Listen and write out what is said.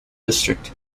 district